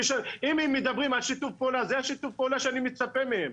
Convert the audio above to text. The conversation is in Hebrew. אם הם מדברים על שיתוף פעולה זה שיתוף הפעולה שאני מצפה לו מהם.